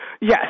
yes